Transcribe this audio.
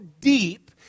deep